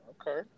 Okay